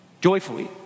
Joyfully